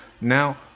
Now